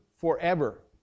forever